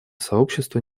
сообщество